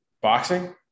Boxing